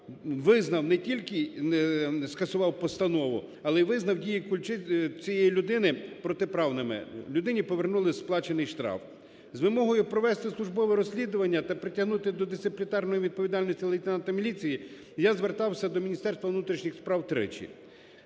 визнав, не тільки скасував постанову, але й визнав дії цієї людини протиправними. Людині повернули сплачений штраф. З вимогою провести службове розслідування та притягнути до дисциплінарної відповідальності лейтенанта міліції я звертався до Міністерства внутрішніх справ тричі.